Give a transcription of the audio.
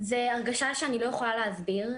זאת הרגשה שאני לא יכולה להסביר,